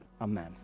Amen